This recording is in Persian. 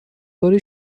باری